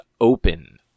open